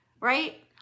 right